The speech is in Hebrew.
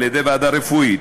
על-ידי ועדה רפואית,